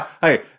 Hey